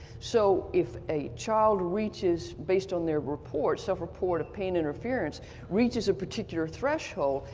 so if a child reaches, based on their report, self-report of pain interference reaches a particular threshold,